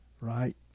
right